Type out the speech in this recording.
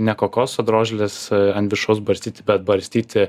ne kokoso drožles ant viršaus barstyti bet barstyti